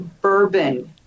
bourbon